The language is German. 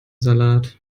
salat